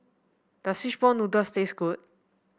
does Fishball Noodles taste good